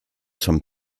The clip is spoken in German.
zum